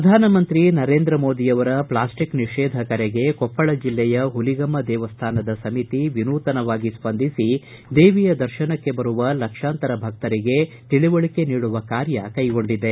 ಪ್ರಧಾನಮಂತ್ರಿ ನರೇಂದ್ರ ಮೋದಿಯವರ ಪ್ಲಾಸ್ಟಿಕ್ ನಿಷೇಧ ಕರೆಗೆ ಕೊಪ್ಪಳ ಜಿಲ್ಲೆಯ ಪುಲಿಗೆಮ್ಮ ದೇವಸ್ಥಾನದ ಸಮಿತಿ ವಿನೂತವಾಗಿ ಸ್ಪಂದಿಸಿ ದೇವಿಯ ದರ್ಶನಕ್ಕೆ ಬರುವ ಲಕ್ಷಾಂತರ ಭಕ್ತರಿಗೆ ತಿಳಿವಳಿಕೆ ನೀಡುವ ಕಾರ್ಯ ಕೈಗೊಂಡಿದೆ